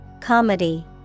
Comedy